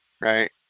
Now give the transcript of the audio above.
right